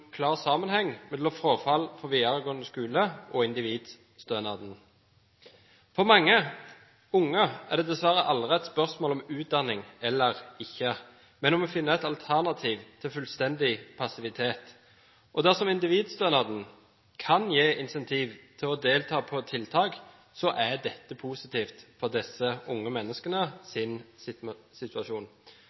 klar sammenheng mellom frafall fra videregående skole og individstønaden. For mange unge er det dessverre aldri et spørsmål om utdanning eller ikke, men om å finne et alternativ til fullstendig passivitet. Dersom individstønaden kan gi incentiv til å delta på et tiltak, er dette positivt for disse unge menneskenes situasjon.